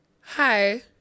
Hi